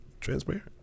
transparent